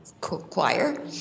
Choir